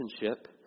relationship